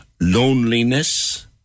loneliness